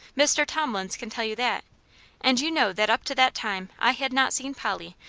mr. thomlins can tell you that and you know that up to that time i had not seen polly,